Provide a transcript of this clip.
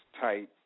tight